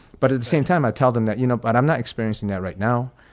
but at the same time, i tell them that, you know, but i'm not experiencing that right now.